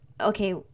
Okay